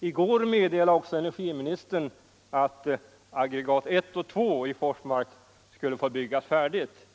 I går meddelade också energiministern att aggregat I och 2 i Forsmark skulle få byggas färdigt.